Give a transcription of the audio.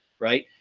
right.